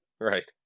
right